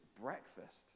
breakfast